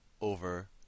over